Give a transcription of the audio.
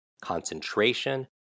concentration